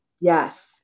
yes